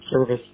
service